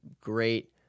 great